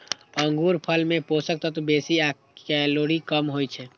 अंगूरफल मे पोषक तत्व बेसी आ कैलोरी कम होइ छै